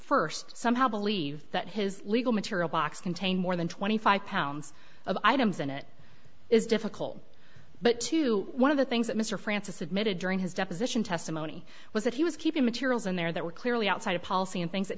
first somehow believe that his legal material box contain more than twenty five pounds of items in it is difficult but to one of the things that mr francis admitted during his deposition testimony was that he was keeping materials in there that were clearly outside of policy and things that